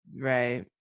Right